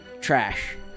trash